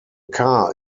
car